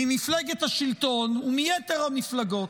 ממפלגת השלטון ומיתר המפלגות: